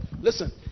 Listen